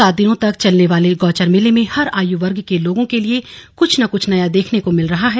सात दिनों तक चलने वाले गौचर मेले में हर आयु वर्ग के लोगों के लिए कुछ न कुछ नया देखने को मिल रहा है